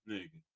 Nigga